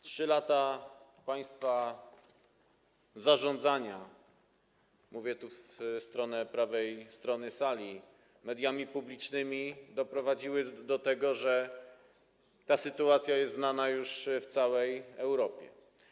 3 lata państwa zarządzania, zwracam się do prawej strony sali, mediami publicznymi doprowadziły do tego, że ta sytuacja jest znana już w całej Europie.